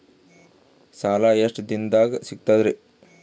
ಸಾಲಾ ಎಷ್ಟ ದಿಂನದಾಗ ಸಿಗ್ತದ್ರಿ?